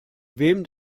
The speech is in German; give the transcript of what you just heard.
wem